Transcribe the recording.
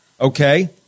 Okay